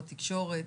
בתקשורת,